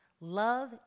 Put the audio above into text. Love